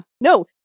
No